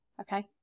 Okay